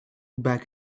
back